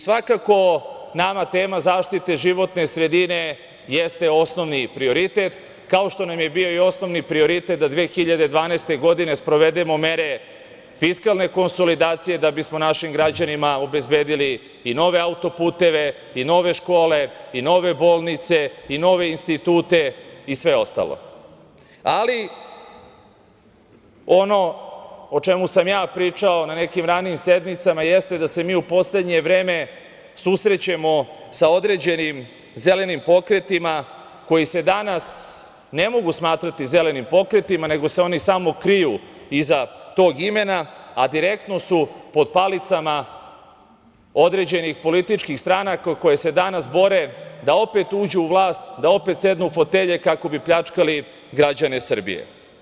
Svakako nama tema zaštite životne sredine jeste osnovni prioritet, kao što nam je i bio osnovni prioritet da 2012. godine sprovedemo mere fiskalne konsolidacije da bismo našim građanima obezbedili i nove autoputeve, nove škole, nove bolnice, nove institute i sve ostalo, ali ono o čemu sam ja pričao na nekim ranijim sednicama jeste da se mi u poslednje vreme susrećemo sa određenim zelenim pokretima koji se danas ne mogu smatrati zelenim pokretima nego se oni samo kriju iza tog imena, a direktno su pod palicama određenih političkih stranaka koje se danas bore da opet uđu u vlast, da opet sednu u fotelje kako bi pljačkali građane Srbije.